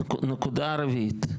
נקודה רביעית.